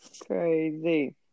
Crazy